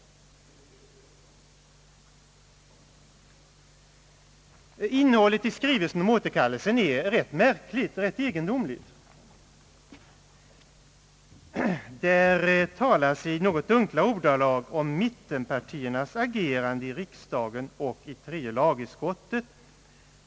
Innehållet i skrivelsen om återkallelsen är rätt egendomligt. Det talas i något dunkla ordalag om mittenpartiernas agerande i riksdagen och i tredje lagutskottet.